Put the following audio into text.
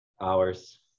Hours